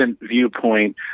viewpoint